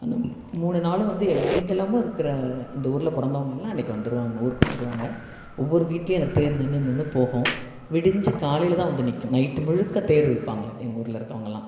அந்த மூணு நாளும் வந்து எங்கெங்கலாம் இருக்கிற இந்த ஊரில் பிறந்தவுங்க எல்லாம் அன்னைக்கு வந்துடுவாங்க ஊருக்கு வந்துடுவாங்க ஒவ்வொரு வீட்லேயும் அந்த தேர் நின்று நின்று போகும் விடிஞ்சு காலையில் தான் வந்து நிற்கும் நைட்டு முழுக்க தேர் இழுப்பாங்க எங்கள் ஊரில் இருக்கவங்கள்லாம்